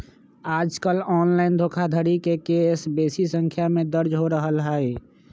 याजकाल ऑनलाइन धोखाधड़ी के केस बेशी संख्या में दर्ज हो रहल हइ